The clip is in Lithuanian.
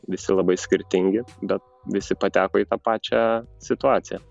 visi labai skirtingi bet visi pateko į tą pačią situaciją